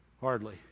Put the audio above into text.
hardly